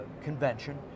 convention